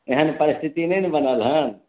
तेहन परिस्थिति तऽ नहि ने बनल हँ